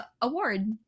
award